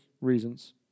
reasons